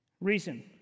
Reason